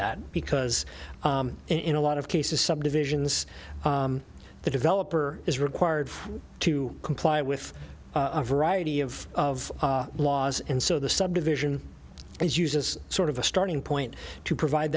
that because in a lot of cases subdivisions the developer is required to comply with a variety of of laws and so the subdivision is used as sort of a starting point to provide